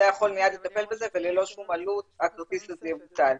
אתה יכול מיד לטפל בזה וללא כל עלות הכרטיס הזה יבוטל.